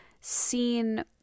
seen